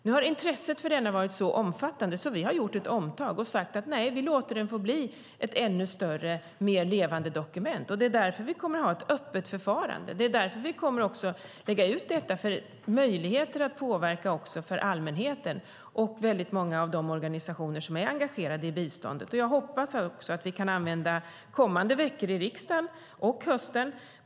Nu har intresset för denna varit så omfattande att vi har gjort ett omtag och sagt att vi låter den få bli ett ännu större och mer levande dokument. Det är därför som vi kommer att ha ett öppet förfarande. Det är också därför som vi kommer att lägga ut detta så att allmänheten och många av de organisationer som är engagerade i biståndet får möjligheter att påverka. Jag hoppas att vi kan använda kommande veckor och hösten i riksdagen för detta.